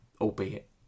albeit